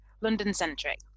London-centric